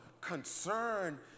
concern